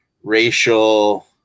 Racial